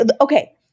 okay